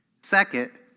Second